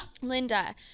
Linda